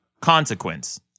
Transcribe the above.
consequence